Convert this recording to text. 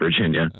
Virginia